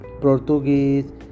Portuguese